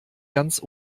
ganz